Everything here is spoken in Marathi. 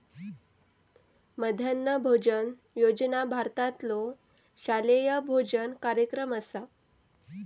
मध्यान्ह भोजन योजना भारतातलो शालेय भोजन कार्यक्रम असा